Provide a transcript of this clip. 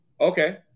Okay